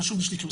חשוב שתקראו.